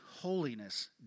holiness